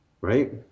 right